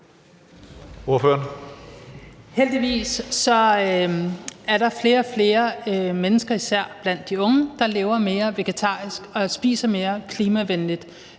Heldigvis er der flere og flere mennesker, især blandt de unge, der lever mere vegetarisk og spiser mere klimavenligt,